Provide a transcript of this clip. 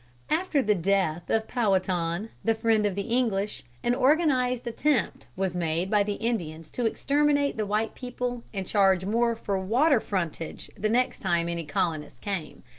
after the death of powhatan, the friend of the english, an organized attempt was made by the indians to exterminate the white people and charge more for water frontage the next time any colonists came.